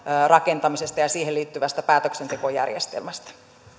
rakentamisesta ja siihen liittyvästä päätöksentekojärjestelmästä